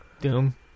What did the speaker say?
Doom